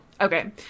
Okay